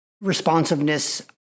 responsiveness